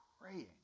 praying